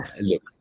Look